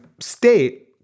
state